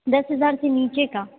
दस हजार से नीचे का